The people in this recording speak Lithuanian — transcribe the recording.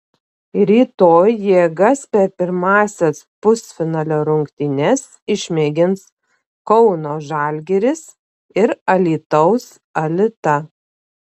rytoj jėgas per pirmąsias pusfinalio rungtynes išmėgins kauno žalgiris ir alytaus alita